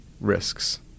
risks